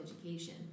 education